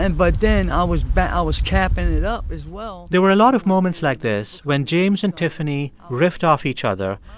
and but then i was but ah was capping it up, as well there were a lot of moments like this when james and tiffany riffed off each other,